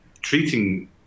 treating